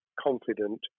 confident